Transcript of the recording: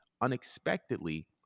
unexpectedly